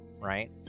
right